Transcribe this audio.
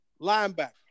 linebacker